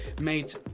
made